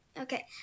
okay